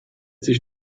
sich